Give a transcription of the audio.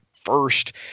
first